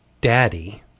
daddy